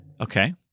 Okay